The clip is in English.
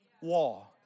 war